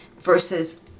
versus